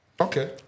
Okay